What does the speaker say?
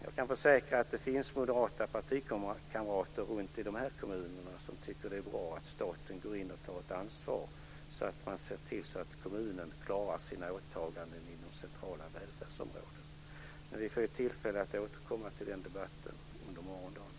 Jag kan försäkra att det finns moderata partikamrater i dessa kommuner som tycker att det är bra att staten går in och tar ett ansvar så att kommunerna kan klara sina åtaganden inom centrala välfärdsområden. Men vi ju tillfälle att återkomma till den debatten under morgondagen.